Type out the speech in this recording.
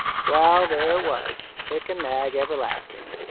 well, there it was, pick and nag everlasting.